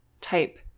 type